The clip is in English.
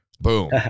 boom